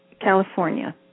California